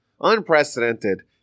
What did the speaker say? unprecedented